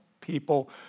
people